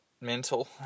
mental